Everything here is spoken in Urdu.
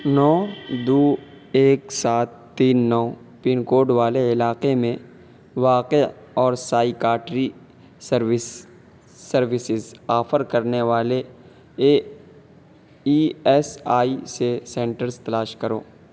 نو دو ایک سات تین نو پن کوڈ والے علاقے میں واقع اور سائیکاٹری سروس سروسز آفر کرنے والے اے ای ایس آئی سے سنٹرس تلاش کرو